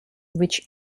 which